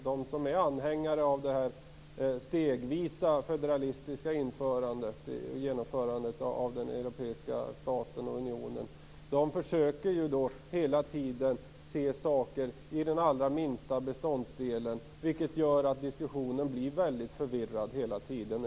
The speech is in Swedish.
De som är anhängare av det stegvisa federalistiska genomförandet av den europeiska staten och unionen försöker hela tiden se saker i den allra minsta beståndsdelen, vilket gör att diskussionen blir väldigt förvirrad.